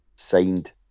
Signed